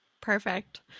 Perfect